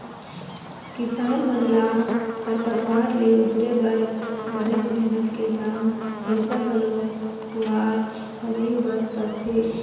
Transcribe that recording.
किसान मन ल खरपतवार ले उबरे बर बनेच मेहनत के संग पइसा घलोक खुवार करे बर परथे